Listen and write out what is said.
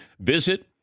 Visit